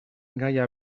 gaia